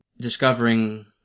discovering